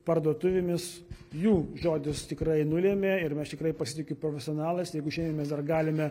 parduotuvėmis jų žodis tikrai nulemia ir aš tikrai pasitikiu profesionalais jeigu šiandien mes dar galime